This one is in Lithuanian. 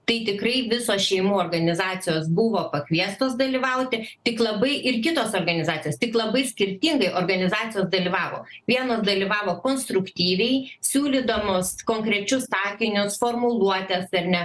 tai tikrai visos šeimų organizacijos buvo pakviestos dalyvauti tik labai ir kitos organizacijos tik labai skirtingai organizacijos dalyvavo vienos dalyvavo konstruktyviai siūlydamos konkrečius sakinius formuluotes ar ne